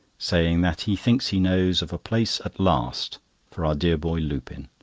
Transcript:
saying that he thinks he knows of a place at last for our dear boy lupin.